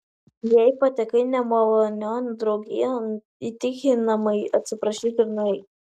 jei patekai nemalonion draugijon įtikinamai atsiprašyk ir nueik